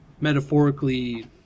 metaphorically